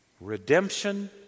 redemption